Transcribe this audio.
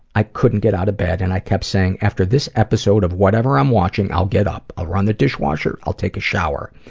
i couldn't get out of bed and i kept saying, after this episode of whatever i'm watching, i'll get up. i'll run the dishwasher, i'll take a shower.